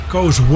Goes